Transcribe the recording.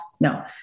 No